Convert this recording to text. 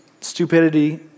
stupidity